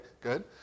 good